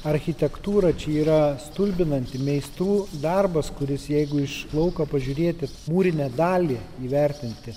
architektūra čia yra stulbinanti meistrų darbas kuris jeigu iš lauko pažiūrėti mūrinę dalį įvertinti